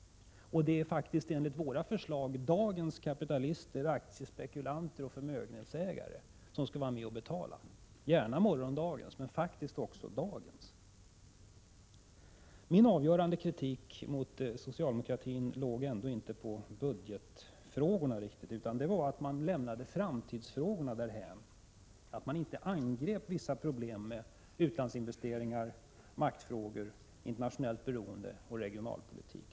Det är faktiskt, enligt våra förslag, dagens — men gärna också morgondagens — kapitalister, aktiespekulanter och förmögenhetsägare som skall vara med och betala! Min avgörande kritik mot socialdemokratin avsåg ändå inte i första hand budgetfrågorna utan att man lämnar framtidsfrågorna därhän, inte angriper vissa problem som utlandsinvesteringar, maktfrågor, internationellt beroende och regional politik.